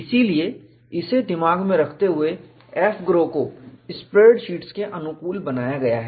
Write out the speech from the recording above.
इसलिए इसे दिमाग में रखते हुए AFGROW को स्प्रेडशीटस के अनुकूल बनाया गया है